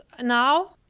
now